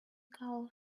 gal